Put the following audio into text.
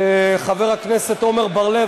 חבר הכנסת עמר בר-לב,